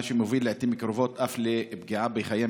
מה שמוביל לעיתים קרובות אף לפגיעה בחייהם